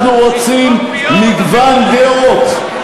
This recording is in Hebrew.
אנחנו רוצים מגוון דעות,